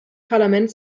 parlament